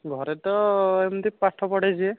ଘରେ ତ ଏମିତି ପାଠ ପଢ଼ାଇଦିଏ